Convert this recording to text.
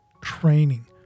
training